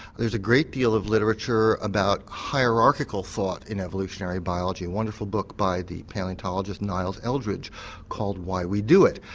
there's a great deal of literature about hierarchal thought in evolutionary biology, a wonderful book by the paleontologist niles eldredge called why we do it,